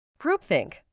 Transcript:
Groupthink –